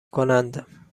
کنند